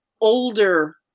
older